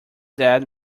dad